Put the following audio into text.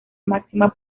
máxima